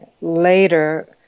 Later